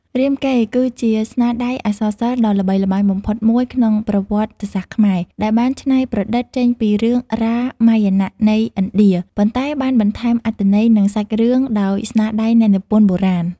រាមកេរ្តិ៍ គឺជាស្នាដៃអក្សរសិល្ប៍ដ៏ល្បីល្បាញបំផុតមួយក្នុងប្រវត្តិសាស្ត្រខ្មែរ ដែលបានច្នៃប្រឌិតចេញពីរឿងរាមាយណៈនៃឥណ្ឌា ប៉ុន្តែបានបន្ថែមអត្ថន័យ និងសាច់រឿងដោយស្នាដៃអ្នកនិពន្ធបុរាណ។